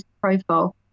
profile